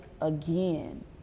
again